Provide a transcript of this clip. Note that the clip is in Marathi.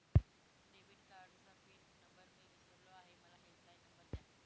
डेबिट कार्डचा पिन नंबर मी विसरलो आहे मला हेल्पलाइन नंबर द्या